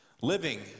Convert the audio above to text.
Living